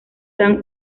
dan